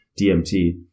DMT